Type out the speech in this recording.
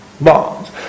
bonds